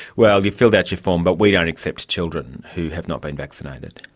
well, you've filled out your form but we don't accept children who have not been vaccinated.